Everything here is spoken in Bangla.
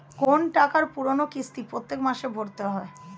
কোন টাকার পুরো কিস্তি প্রত্যেক মাসে ভরতে হয়